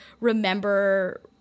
remember